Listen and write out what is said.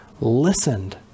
listened